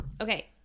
Okay